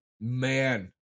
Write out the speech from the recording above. man